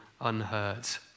unhurt